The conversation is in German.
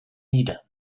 nieder